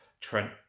Trent